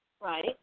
right